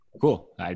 Cool